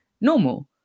normal